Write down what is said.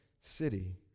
city